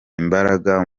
imbaraga